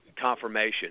confirmation